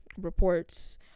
reports